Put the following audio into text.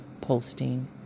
posting